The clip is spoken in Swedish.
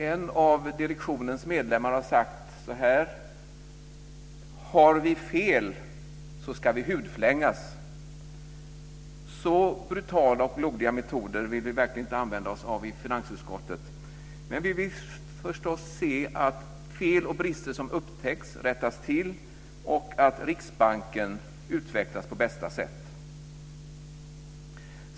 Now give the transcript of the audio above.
En av direktionens medlemmar har sagt: Har vi fel så ska vi hudflängas. Så brutala och blodiga metoder vill vi verkligen inte använda oss av i finansutskottet, men vi vill förstås se att fel och brister som upptäcks rättas till och att Riksbanken utvecklas på bästa sätt.